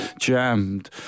jammed